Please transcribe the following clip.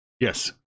Yes